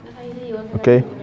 Okay